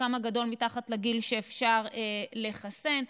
חלקם הגדול מתחת לגיל שאפשר לחסן בו.